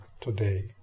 today